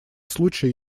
случае